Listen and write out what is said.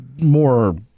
more